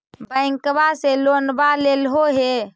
बैंकवा से लोनवा लेलहो हे?